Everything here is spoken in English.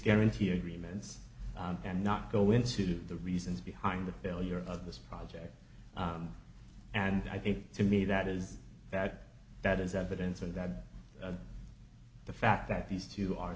guarantee agreements and not go into the reasons behind the failure of this project and i think to me that is that that is evidence of that the fact that these two are